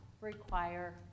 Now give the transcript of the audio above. require